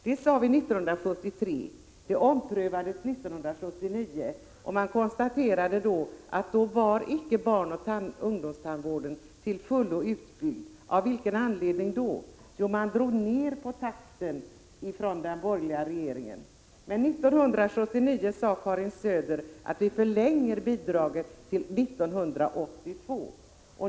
Det sade vi 1973, och det omprövades 1979, då man konstaterade att barnoch ungdomstandvården ännu inte var till fullo utbyggd. Av vilken anledning? Jo, den borgerliga regeringen drog ned på takten. Men 1979 föreslog Karin Söder att bidraget skulle förlängas till 1982.